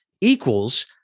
equals